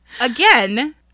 again